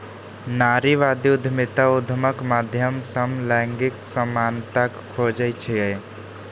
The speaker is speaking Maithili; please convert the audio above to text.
नारीवादी उद्यमिता उद्यमक माध्यम सं लैंगिक समानताक खोज छियै